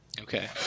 okay